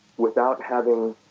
without having